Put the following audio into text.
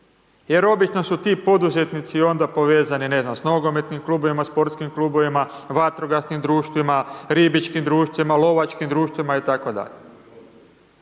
jer obično su ti poduzetnici onda povezani, ne znam, s nogometnim klubovima, sportskim klubovima, vatrogasnim društvima, ribičkim društvima, lovačkim društvima itd.,